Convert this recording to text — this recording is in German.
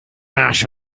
arsch